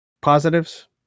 positives